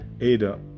Ada